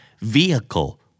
vehicle